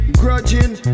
grudging